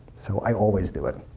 so i always do it.